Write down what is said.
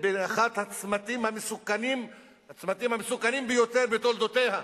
באחד הצמתים המסוכנים ביותר בתולדותיה,